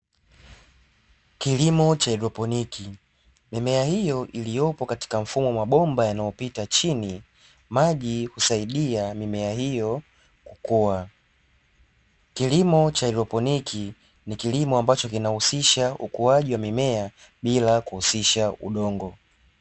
Kilimo cha haidroponi, mimea hiyo iliyopo katika mfumo wa mabomba yanayopita chini, maji husaidia mimea hiyo kukua. Kilimo cha haidroponi ni kilimo ambacho kinahusisha ukuaji wa mimea bila kuhusisha udongo.